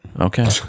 Okay